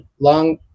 long